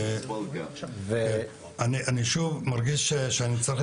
אני מרגיש שאני צריך